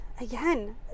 Again